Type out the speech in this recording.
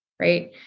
right